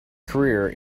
career